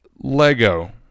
Lego